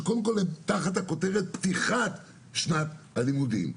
שהם קודם כול תחת הכותרת "פתיחת שנת הלימודים".